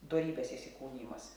dorybės įsikūnijimas